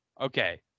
okay